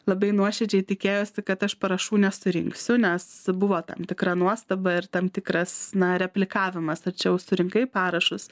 labai nuoširdžiai tikėjosi kad aš parašų nesurinksiu nes buvo tam tikra nuostaba ir tam tikras na replikavimas tačiau surinkai parašus